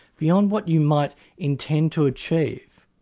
beyond what you might intend to achieve.